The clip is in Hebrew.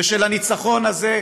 ושל הניצחון הזה,